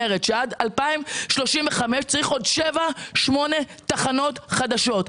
שעד 2035 צריך עוד שבע-שמונה תחנות חדשות.